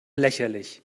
lächerlich